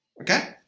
Okay